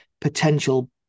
potential